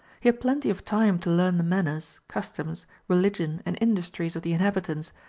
he had plenty of time to learn the manners, customs, religion, and industries of the inhabitants,